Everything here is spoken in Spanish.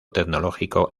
tecnológico